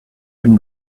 been